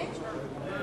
תשובה.